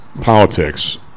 politics